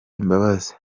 imbabazi